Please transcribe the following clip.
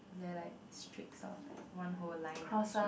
ya like street sounds like whole line of street